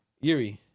Yuri